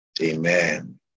Amen